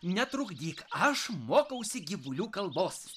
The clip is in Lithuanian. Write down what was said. netrukdyk aš mokausi gyvulių kalbos